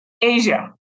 Asia